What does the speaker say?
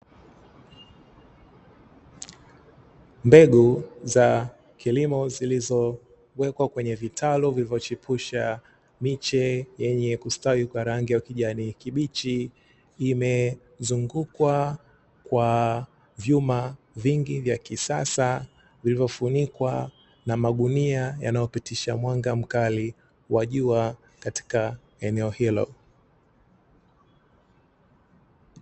Mbegu za kilimo zilizowekwa kwenye vitalu, vilivyochipusha miche yenye kustawi kwa rangi ya ukijani kibichi, imezungukwa kwa vyuma vingi vya kisasa vilivyofunikwa na magunia, yanayopitisha mwanga mkali wa jua katika eneo hilo.